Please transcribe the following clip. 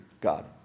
God